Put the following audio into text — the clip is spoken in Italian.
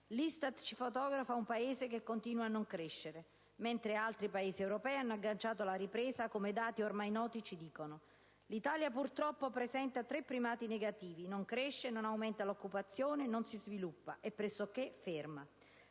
L'ISTAT ci fotografa un Paese che continua a non crescere, mentre altri Paesi europei hanno agganciato la ripresa, come dati ormai noti ci dicono. L'Italia purtroppo presenta tre primati negativi: non cresce, non aumenta l'occupazione, non si sviluppa. È ferma.